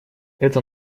это